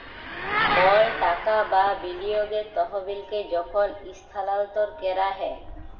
call টাকা বা বিলিয়গের তহবিলকে যখল ইস্থালাল্তর ক্যরা হ্যয়